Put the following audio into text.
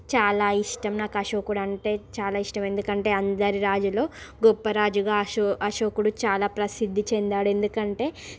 చాలా ఇష్టం నాకు అశోకుడు అంటే చాలా ఇష్టం ఎందుకంటే అందరి రాజులు గొప్ప రాజుగా అశోక్ అశోకుడు చాలా ప్రసిద్ధి చెందాడు ఎందుకంటే